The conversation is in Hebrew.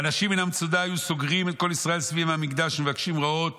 והאנשים מן המצודה היו סוגרים את כל ישראל סביב המקדש ומבקשים רעות